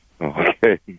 Okay